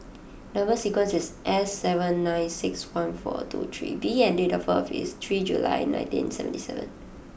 number sequence is S seven nine six one four two three B and date of birth is three July nineteen seventy seven